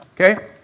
Okay